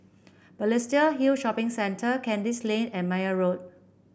Balestier Hill Shopping Centre Kandis Lane and Meyer Road